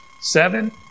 Seven